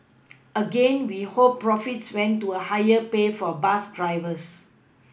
again we hope profits went to a higher pay for bus drivers